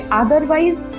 otherwise